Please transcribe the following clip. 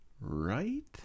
right